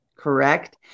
correct